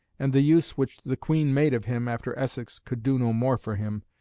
and the use which the queen made of him after essex could do no more for him,